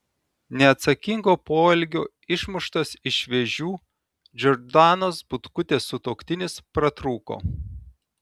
neatsakingo poelgio išmuštas iš vėžių džordanos butkutės sutuoktinis pratrūko